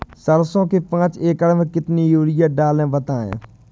सरसो के पाँच एकड़ में कितनी यूरिया डालें बताएं?